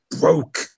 broke